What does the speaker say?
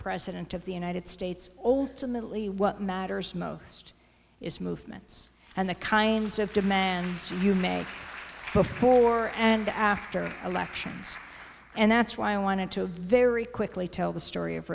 president of the united states what matters most is movements and the kinds of demands you make before and after elections and that's why i wanted to very quickly tell the story of